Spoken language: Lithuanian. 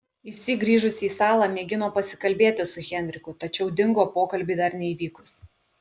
išsyk grįžusi į salą mėgino pasikalbėti su henriku tačiau dingo pokalbiui dar neįvykus